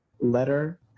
letter